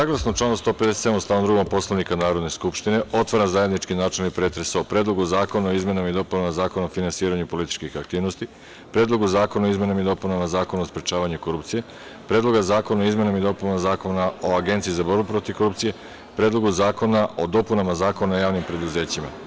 Saglasno članu 157. stav 2. Poslovnika Narodne skupštine otvaram zajednički načelni pretres o: Predlogu zakona o izmenama i dopunama Zakona o finansiranju političkih aktivnosti; Predlogu zakona o izmenama i dopunama Zakona o sprečavanju korupcije; Predloga zakona o izmenama i dopunama Zakona o Agenciji za borbu protiv korupcije; Predlogu zakona o dopunama Zakona o javnim preduzećima.